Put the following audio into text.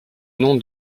nom